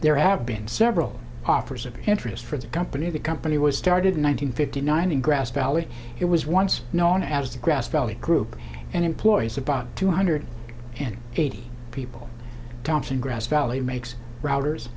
there have been several offers of interest for the company the company was started nine hundred fifty nine in grass valley it was once known as the grass valley group and employs about two hundred and eighty people tops in grass valley makes routers